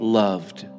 loved